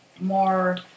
more